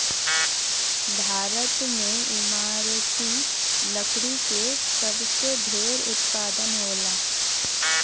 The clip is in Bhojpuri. भारत में इमारती लकड़ी क सबसे ढेर उत्पादन होला